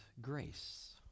grace